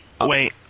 wait